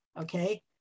Okay